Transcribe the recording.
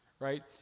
Right